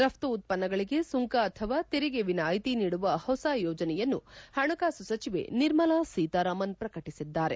ರಫ್ತು ಉತ್ವನ್ನಗಳಿಗೆ ಸುಂಕ ಅಥವಾ ತೆರಿಗೆ ವಿನಾಯಿತಿ ನೀಡುವ ಹೊಸ ಯೋಜನೆಯನ್ನು ಹಣಕಾಸು ಸಚಿವೆ ನಿರ್ಮಲಾ ಸೀತಾರಾಮನ್ ಪ್ರಕಟಿಸಿದ್ದಾರೆ